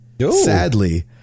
Sadly